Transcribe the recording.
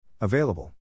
Available